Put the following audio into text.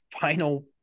final